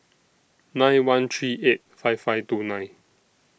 nine one three eight five five two nine